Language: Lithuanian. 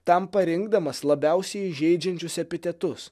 tam parinkdamas labiausiai įžeidžiančius epitetus